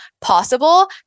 possible